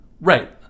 Right